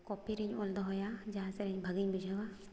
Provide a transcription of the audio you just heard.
ᱠᱚᱯᱤ ᱨᱤᱧ ᱚᱞ ᱫᱚᱦᱚᱭᱟ ᱡᱟᱦᱟᱸ ᱥᱮᱨᱮᱧ ᱵᱷᱟᱹᱜᱤᱧ ᱵᱩᱡᱷᱟᱹᱣᱟ